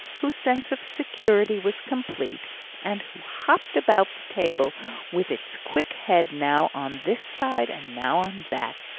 whose sense of security was complete and who hopped about the table with its quick head now on this side and now on that,